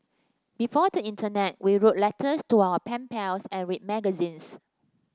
before the internet we wrote letters to our pen pals and read magazines